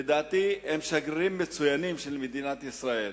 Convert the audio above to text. לדעתי הם שגרירים מצוינים של מדינת ישראל,